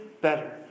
better